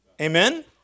Amen